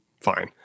fine